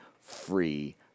free